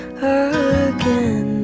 again